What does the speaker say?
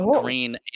green